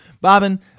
Bobbin